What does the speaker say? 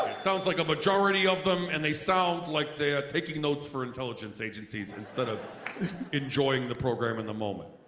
sounds like a majority of them and they sound like they're ah taking notes for intelligence agencies instead of enjoying the program in the moment.